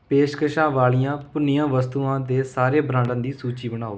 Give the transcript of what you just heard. ਪੇਸ਼ਕਸ਼ਾਂ ਵਾਲੀਆਂ ਭੁੰਨੀਆਂ ਵਸਤੂਆਂ ਦੇ ਸਾਰੇ ਬ੍ਰਾਂਡਾਂ ਦੀ ਸੂਚੀ ਬਣਾਉ